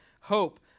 hope